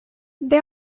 they